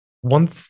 one